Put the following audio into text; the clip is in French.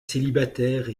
célibataire